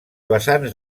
vessants